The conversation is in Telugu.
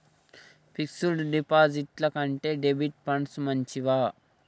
ఫిక్స్ డ్ డిపాజిట్ల కంటే డెబిట్ ఫండ్స్ మంచివా?